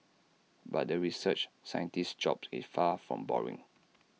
but the research scientist's job is far from boring